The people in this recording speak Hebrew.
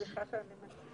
סליחה שאני מפריעה.